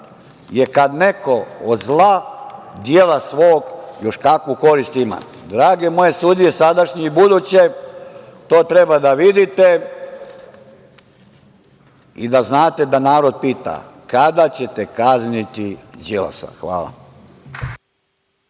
kada neko od zla dijela svog još kakvu korist ima. Drage moje sudije, sadašnje i buduće, to treba da vidite i da znate da narod pita – kada ćete kazniti Đilasa? Hvala.